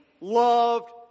loved